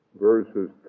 verses